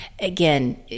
again